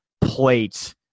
plate